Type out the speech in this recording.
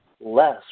less